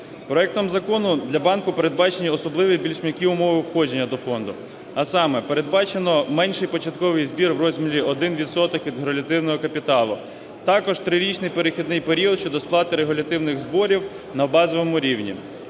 Проектом закону для банку передбачені особливі, більш м'які, умови входження до фонду, а саме: передбачено менший початковий збір у розмірі 1 відсоток від регулятивного капіталу, також трирічний перехідний період щодо сплати регулятивних зборів на базовому рівні.